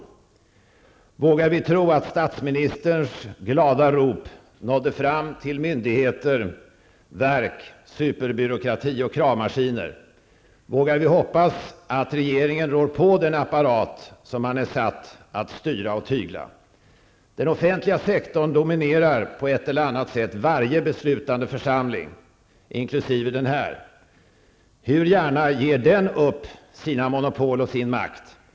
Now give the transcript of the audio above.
Vågar vi tro att statsministerns glada rop nådde fram till myndigheter, verk, superbyråkrati och kravmaskiner? Vågar vi hoppas att regeringen rår på den apparat som den är satt att styra och tygla? Den offentliga sektorn dominerar på ett eller annat sätt varje beslutande församling inkl. denna. Hur gärna ger den upp sina monopol och sin makt?